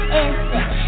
instinct